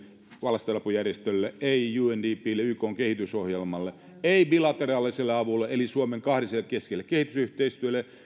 lastenavun järjestölle ei undplle ykn kehitysohjelmalle ei bilateraaliselle avulle eli suomen kahdenkeskiselle kehitysyhteistyölle